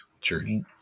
journey